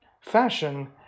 Fashion